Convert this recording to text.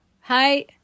Hi